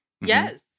Yes